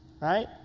right